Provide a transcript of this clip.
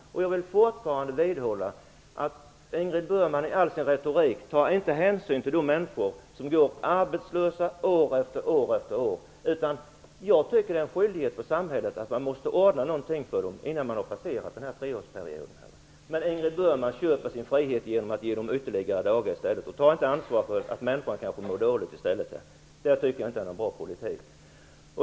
Jag vill fortfarande vidhålla att Ingrid Burman i all sin retorik inte tar hänsyn till de människor som år efter år går arbetslösa. Jag tycker att det är en skyldighet för samhället att ordna någonting innan människor har passerat treårsperioden. Men Ingrid Burman köper sin frihet genom att i stället medge ytterligare dagar. Hon tar inte ansvar för att människor kanske mår dåligt. Det är inte någon bra politik.